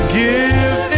give